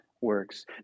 works